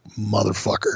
motherfucker